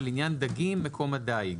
ולעניין דגים - מקום הדיג.